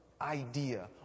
idea